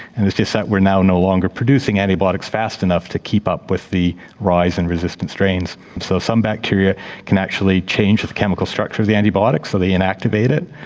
and it's just that we are now no longer producing antibiotics fast enough to keep up with the rise in resistant strains, so some bacteria can actually change the chemical structure of the antibiotics, so they inactivate it.